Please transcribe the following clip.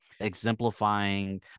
exemplifying